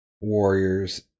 Warriors